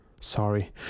Sorry